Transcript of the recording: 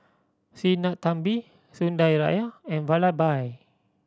Sinnathamby Sundaraiah and Vallabhbhai